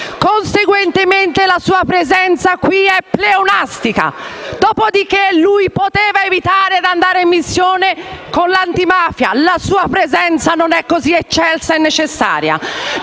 conseguentemente, la sua presenza qui è pleonastica. Dopodiché poteva anche evitare di andare in missione con la Commissione antimafia: la sua presenza non era così eccelsa e necessaria.